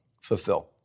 fulfill